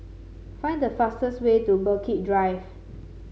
find the fastest way to Berwick Drive